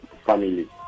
family